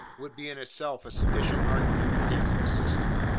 would be in itself a sufficient argument against this system.